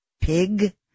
pig